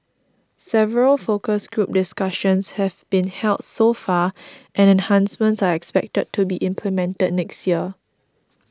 several focus group discussions have been held so far and enhancements are expected to be implemented next year